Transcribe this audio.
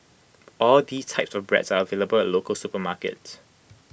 all these types of bread are available at local supermarkets